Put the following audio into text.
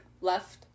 left